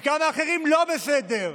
וכמה אחרים לא בסדר.